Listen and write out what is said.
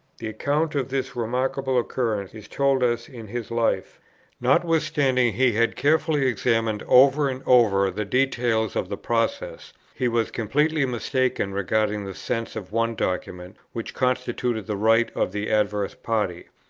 the account of this remarkable occurrence is told us in his life notwithstanding he had carefully examined over and over the details of the process, he was completely mistaken regarding the sense of one document, which constituted the right of the adverse party.